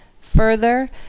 Further